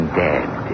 dead